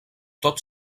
tot